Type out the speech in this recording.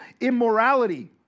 immorality